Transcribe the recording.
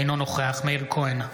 אינו נוכח מאיר כהן,